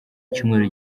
icyumweru